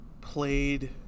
played